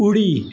उडी